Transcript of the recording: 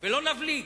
ולא נבליג.